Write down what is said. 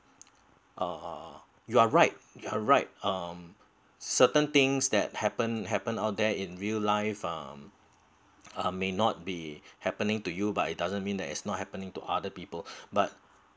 uh you are right you are right um certain things that happen happen all that in real life um uh may not be happening to you but it doesn't mean that it's not happening to other people but